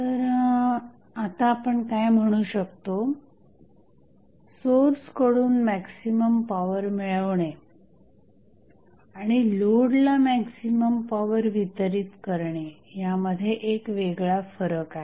तर आता आपण काय म्हणू शकतो सोर्सकडून मॅक्झिमम पॉवर मिळवणे आणि लोडला मॅक्झिमम पॉवर वितरित करणे यामध्ये एक वेगळा फरक आहे